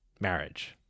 marriage